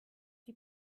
die